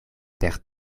per